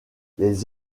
les